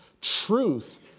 Truth